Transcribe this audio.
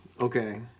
Okay